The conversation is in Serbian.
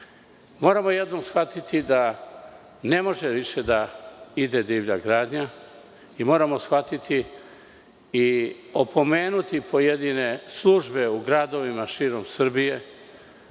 Moramo jednom shvatiti da ne može više da ide divlja gradnja i moramo shvatiti i opomenuti pojedine službe u gradovima širom Srbije